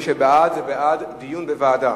מי שבעד הוא בעד דיון בוועדה,